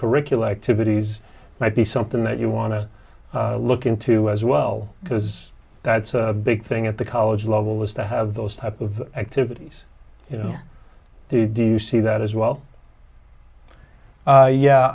curricular activities might be something that you want to look into as well because that's a big thing at the college level is to have those type of activities you know to do you see that as well yeah